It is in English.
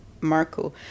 Marco